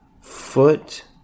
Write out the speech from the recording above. Foot